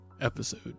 episode